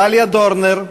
דליה דורנר,